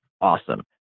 awesome